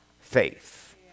faith